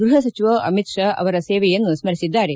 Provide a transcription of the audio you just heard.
ಗೃಹ ಸಚಿವ ಅಮಿತ್ ಶಾ ಅವರ ಸೇವೆಯನ್ನು ಸ್ಪರಿಸಿದ್ದಾರೆ